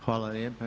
Hvala lijepa.